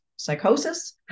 Psychosis